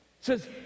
says